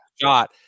shot